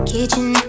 Kitchen